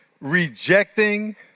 Rejecting